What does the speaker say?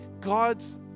God's